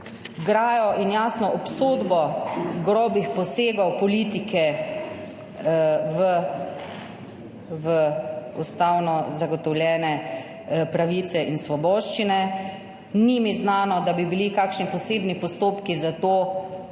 grajo in jasno obsodbo grobih posegov politike v ustavno zagotovljene pravice in svoboščine. Ni mi znano, da bi bili kakšni posebni postopki za to sproženi.